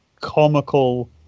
comical